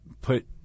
put